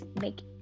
make